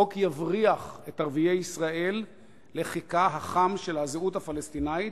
החוק יבריח את ערביי ישראל לחיקה החם של הזהות הפלסטינית,